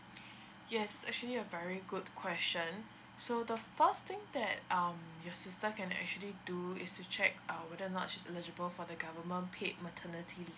yes actually a very good question so the first thing that um your sister can actually do is to check uh would or not she's eligible for the government paid maternity leave